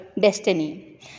destiny